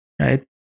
right